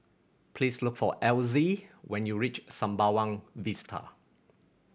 please look for Elzy when you reach Sembawang Vista